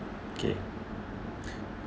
okay